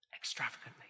extravagantly